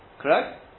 Correct